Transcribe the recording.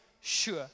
sure